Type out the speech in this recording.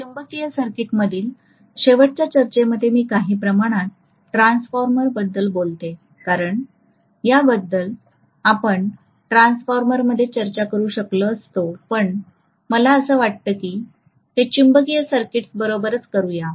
चुंबकीय सर्किटमधील शेवटच्या चर्चेमध्ये मी काही प्रमाणात ट्रान्सफॉर्मरबद्दल बोलते कारण या गोष्टींबद्दल आपण ट्रान्सफॉर्मरमध्ये चर्चा करू शकलो असतो पण मला वाटलं की ते चुंबकीय सर्किट्स बरोबरच करूया